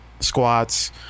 Squats